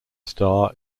star